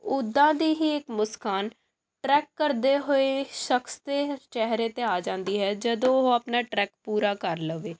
ਉੱਦਾਂ ਦੀ ਹੀ ਇੱਕ ਮੁਸਕਾਨ ਟਰੈਕ ਕਰਦੇ ਹੋਏ ਸ਼ਖਸ ਦੇ ਚਿਹਰੇ 'ਤੇ ਆ ਜਾਂਦੀ ਹੈ ਜਦੋਂ ਉਹ ਆਪਣਾ ਟਰੈਕ ਪੂਰਾ ਕਰ ਲਵੇ